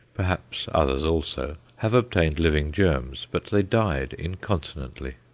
perhaps others also, have obtained living germs, but they died incontinently.